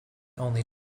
only